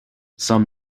some